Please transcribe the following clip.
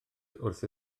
wrth